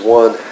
one